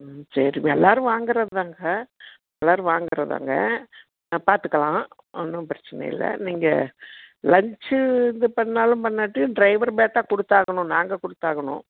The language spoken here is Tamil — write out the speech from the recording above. ம் சரி எல்லோரும் வாங்கிறது தாங்க எல்லோரும் வாங்கிறது தாங்க பார்த்துக்கலாம் ஒன்றும் பிரச்சினை இல்லை நீங்கள் லஞ்ச்சு இது பண்ணிணாலும் பண்ணாட்டியும் ட்ரைவர் பேட்டா கொடுத்தாகணும் நாங்கள் கொடுத்தாகணும்